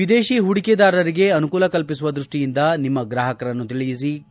ವಿದೇಶಿ ಹೂಡಿಕೆದಾರರಿಗೆ ಅನುಕೂಲ ಕಲ್ಪಿಸುವ ದೃಷ್ಷಿಯಿಂದ ನಿಮ್ಮ ಗ್ರಾಪಕರನ್ನು ತಿಳಿಯಿರಿ ಕೆ